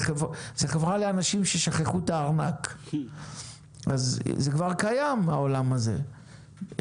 זה חברה לאנשים ששכחו את הארנק וזה כבר קיים בעולם הזה.